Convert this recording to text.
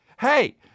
Hey